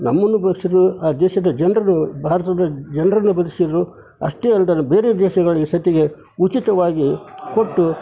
ನಮ್ಮನ್ನು ಬದುಕಿಸಿದ್ರು ಆ ದೇಶದ ಜನರನ್ನು ಭಾರತದ ಜನರನ್ನು ಬದುಕಿಸಿದ್ರು ಅಷ್ಟೇ ಅಲ್ದೆಲೆ ಬೇರೆ ದೇಶಗಳಿಗೆ ಸತ್ತಿಗೆ ಉಚಿತವಾಗಿ ಕೊಟ್ಟು